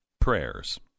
prayers